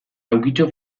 laukitxo